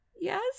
yes